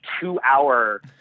two-hour